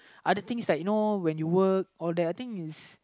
other things like you know when you work all that I think is